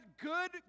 good